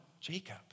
Jacob